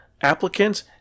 applicants